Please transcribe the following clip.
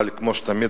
אבל כמו תמיד,